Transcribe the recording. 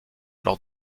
lors